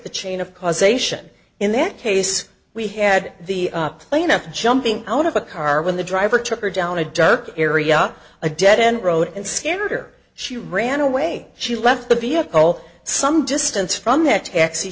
the chain of causation in that case we had the plaintiff jumping out of a car when the driver took her down a dark area a dead end road and scared or she ran away she left the vehicle some distance from that taxi